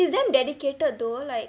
he's damn dedicated though like